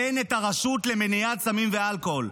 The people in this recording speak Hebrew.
אין את הרשות למניעת סמים ואלכוהול.